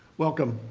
welcome.